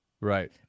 Right